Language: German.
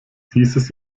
dieses